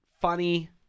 funny